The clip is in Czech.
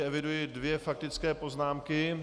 Eviduji dvě faktické poznámky.